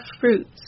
fruits